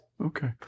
Okay